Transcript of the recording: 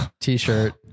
t-shirt